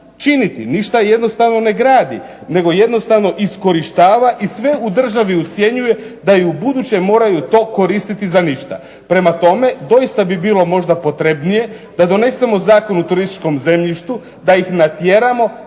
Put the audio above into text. činiti, ništa jednostavno ne gradi, nego jednostavno iskorištava i sve u državi ucjenjuje da i ubuduće moraju to koristiti za ništa. Prema tome, doista bi bilo možda potrebnije da donesemo Zakon o turističkom zemljištu, da ih natjeramo